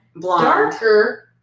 darker